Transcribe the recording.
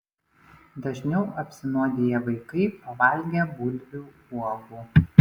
dažniau apsinuodija vaikai pavalgę bulvių uogų